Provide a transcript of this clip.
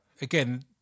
Again